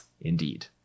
Indeed